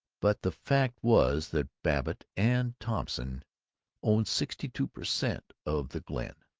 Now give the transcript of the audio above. but the fact was that babbitt and thompson owned sixty-two per cent. of the glen,